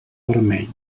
vermell